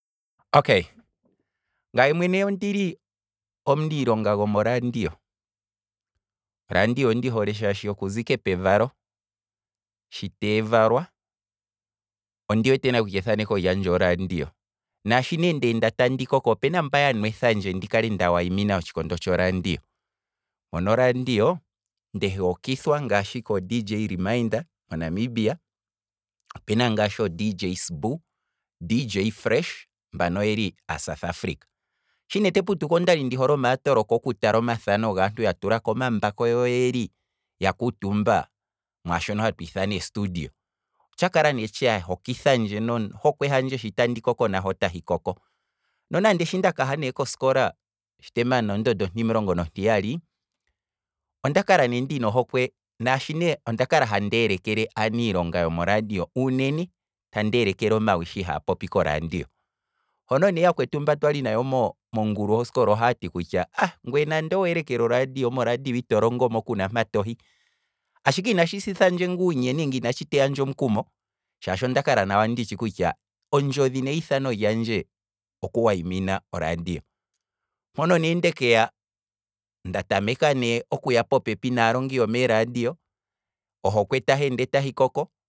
Okay, ngaye mwene ondili omuniilonga gomo radio, oradio ondi hoole shashi okuza ike pevalo shi tevalwa ondi wete nale kutya ethaneko lyandje oradio, naashi ne ndeenda tandi koko opena mba yanwetha ndje ndi kale nda wayimina otshikondo tsho radio, mono oradio, nde hookithwa ngaashi koo dj reminder monamibia, opena ngaashi oo dj simbu, dj fresh mbano oyeli aa south africa, shi nee teputuka ondali ndi hole omaatoloko gaantu ya tulako omambako yo oyeli ya kuutumba mwashono hatu ithana estudio, osha kala nee tsha hokithandje, no hokwe handje sho tandi koko naho otahi koko, nonande shi nda kaha ne koskola temana ondondo ontimulongo nontiyali, onda kala ne ndina ohokwe, nondakala handi elekele aanilonga yomoradio, uunene tandi elekele omawi shi haapopi koradio, hono nee yakwetu mba twali nayo mo- mongulu yoskola ohati kutya, ah! Ngwee nande weelekele oradio. moradio ito longomo kuna mpa tohi, ashike inashi sithandje nguu nye nenge inashi teyandje omukumo shaashi ondakala nawa ndishi kutya ondjodhi neyithano lyandje oku wayimina oradio, mpono ne ndekaya, nda tameka ne okuya popepi naalongi yomeeradio, ohokwe tahi ende tahi koko